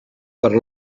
per